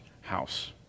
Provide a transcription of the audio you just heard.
house